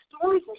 stories